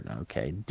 Okay